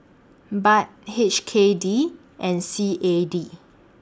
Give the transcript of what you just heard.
Baht H K D and C A D